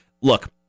Look